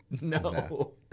no